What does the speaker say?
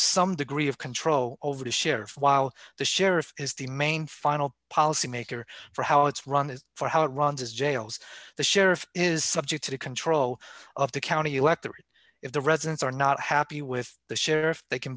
some degree of control over the sheriff while the sheriff is the main final policy maker for how it's run is for how it runs his jails the sheriff is subject to the control of the county electorate if the residents are not happy with the sheriff they can